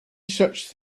such